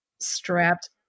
strapped